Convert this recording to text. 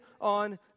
on